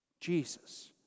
Jesus